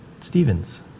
Stevens